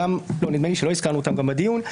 נדמה לי שלא הזכרנו אותם בדיון,